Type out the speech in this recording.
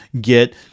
get